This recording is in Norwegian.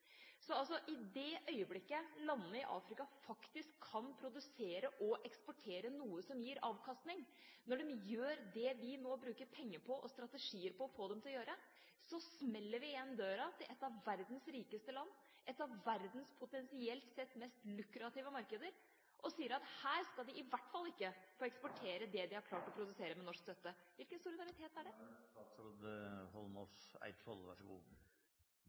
i det øyeblikket landene i Afrika faktisk kan produsere og eksportere noe som gir avkastning, når de gjør det vi nå bruker penger på og har strategier for å få dem til å gjøre, så smeller vi igjen døra til et av verdens rikeste land, et av verdens potensielt sett mest lukrative markeder og sier at hit skal de i hvert fall ikke få eksportere det de har klart å produsere med norsk støtte. Hvilken solidaritet er dette? Da er det statsråd Holmås Eidsvoll – vær så god.